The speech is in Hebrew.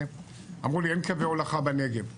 אמרו לי, אין קווי הולכה בנגב,